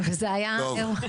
וזה בסדר גמור,